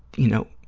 you know,